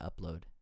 upload